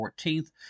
14th